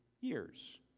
years